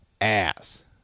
ass